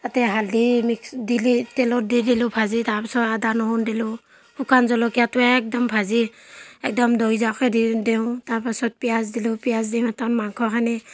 তাতে হালধি মিক্স দি লৈ তেলত দি দিলোঁ ভাজি তাৰ পিছত আদা নহৰু দিলোঁ শুকান জলকীয়াতো একদম ভাজি একদম দৈ যোৱাকৈ দি দিওঁ তাৰ পাছত পিঁয়াজ দিলোঁ পিঁয়াজ দি মেতন মাংসখিনি